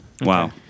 Wow